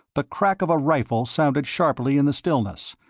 the crack of a rifle sounded sharply in the stillness,